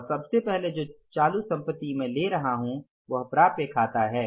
और सबसे पहले जो चालू संपत्ति मैं ले रहा हूं वह प्राप्य खाता है